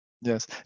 Yes